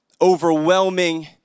overwhelming